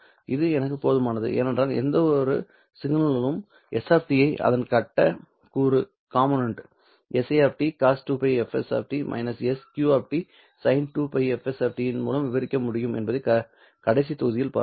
இது எனக்குப் போதுமானது ஏனென்றால் எந்தவொரு சிக்னலும் s ஐ அதன் கட்டக் கூறு si cos 2πfst -sq sin 2πfst மூலம் விவரிக்க முடியும் என்பதை கடைசி தொகுதியில் பார்த்தோம்